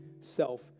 self